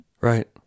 Right